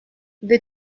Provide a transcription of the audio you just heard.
the